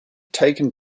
taken